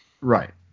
Right